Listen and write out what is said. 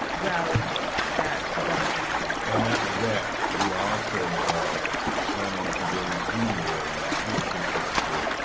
rally at the governor's mansion. and after that, we also planning to go to new orleans to the fifth circuit court.